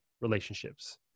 relationships